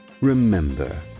Remember